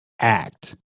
act